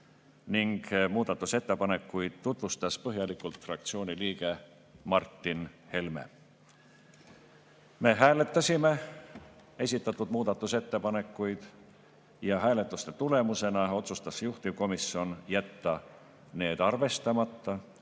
ning muudatusettepanekuid tutvustas põhjalikult fraktsiooni liige Martin Helme. Me hääletasime esitatud muudatusettepanekuid ja hääletuse tulemusena otsustas juhtivkomisjon jätta need arvestamata.